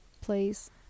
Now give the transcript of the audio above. please